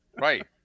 Right